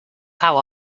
how